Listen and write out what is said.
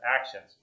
actions